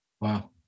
Wow